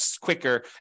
quicker